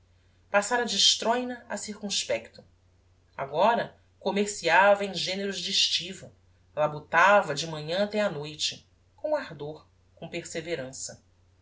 passára de estroina a circumspecto agora commerciava em generos de estiva labutava de manhã até á noite com ardor com perseverança